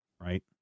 right